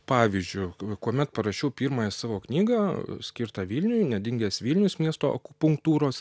pavyzdžiu kuomet parašiau pirmąją savo knygą skirtą vilniui nedingęs vilnius miesto akupunktūros